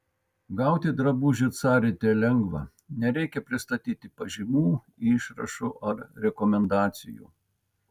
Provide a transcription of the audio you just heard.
gauti drabužių carite lengva nereikia pristatyti pažymų išrašų ar rekomendacijų